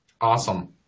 Awesome